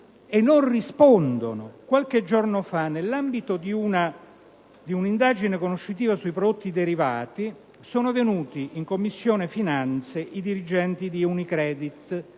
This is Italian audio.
non rispondono: qualche giorno fa, nell'ambito di un'indagine conoscitiva sui prodotti derivati, sono stati auditi in 6a Commissione permanente i dirigenti di Unicredit